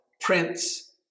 Prince